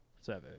seven